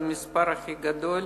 זה המספר הכי גדול,